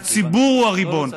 הציבור הוא הריבון.